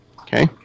Okay